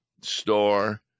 store